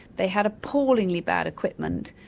they had appallingly bad equipment,